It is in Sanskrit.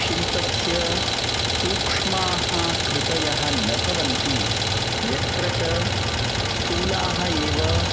शिल्पस्य सूक्ष्माः कृतयः न भवन्ति यत्र च स्थूलाः एव